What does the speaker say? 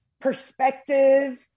perspective